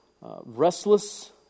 restless